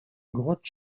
grotte